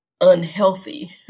unhealthy